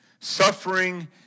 Suffering